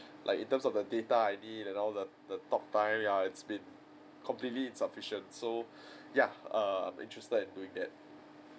like in terms of the data I_D and all the the talk time ya it's been completely insufficient so ya err interested in doing that